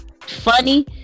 funny